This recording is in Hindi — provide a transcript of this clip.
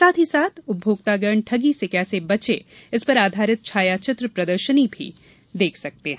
साथ ही साथ उपभोक्तागण ठगी से कैसे बचें पर आधारित छायाचित्र प्रदर्शनी भी देख सकते हैं